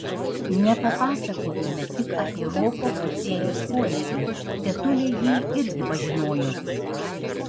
nepasakojome tik apie roko pociejaus poelgį tetulė jį irgi pažinojo